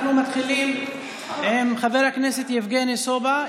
אנחנו מתחילים עם חבר הכנסת יבגני סובה.